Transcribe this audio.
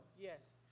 Yes